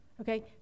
Okay